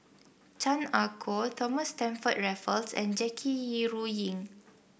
Chan Ah Kow Thomas Stamford Raffles and Jackie Yi Ru Ying